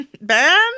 Ben